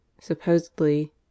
supposedly